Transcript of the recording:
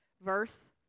verse